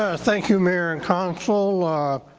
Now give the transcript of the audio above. ah thank you, mayor and council. ah